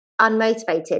unmotivated